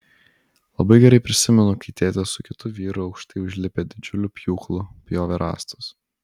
labai gerai prisimenu kai tėtis su kitu vyru aukštai užlipę didžiuliu pjūklu pjovė rąstus